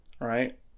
right